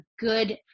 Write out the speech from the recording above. good